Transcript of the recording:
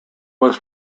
was